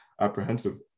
apprehensive